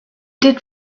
did